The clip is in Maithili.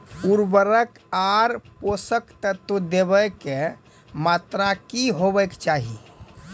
उर्वरक आर पोसक तत्व देवाक मात्राकी हेवाक चाही?